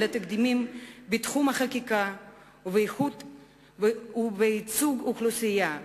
אלא תקדימים בתחום החקיקה ובייצוג אוכלוסייה,